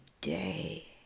day